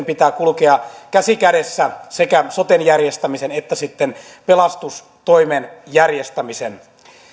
pitää kulkea käsi kädessä sekä soten järjestämisen että pelastustoimen järjestämisen